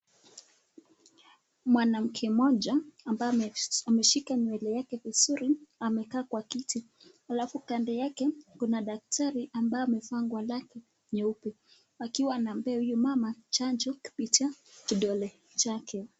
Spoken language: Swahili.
Mwanamke mmoja ambaye ameshika nywele yake vizuri anekaa jwa kiti, akafu kando yake kuna daktari ambaye amevaa nguo lake nyeupe akiwa anamlea huyu ama chanjo kupitia kidole chake.